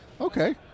okay